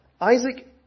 Isaac